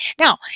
Now